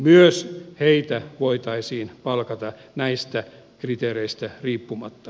myös heitä voitaisiin palkata näistä kriteereistä riippumatta